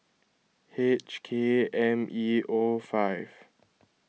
H K M E O five